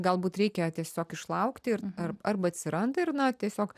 galbūt reikia tiesiog išlaukti ir ar arba atsiranda ir na tiesiog